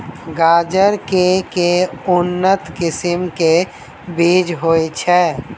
गाजर केँ के उन्नत किसिम केँ बीज होइ छैय?